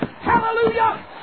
Hallelujah